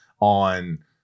on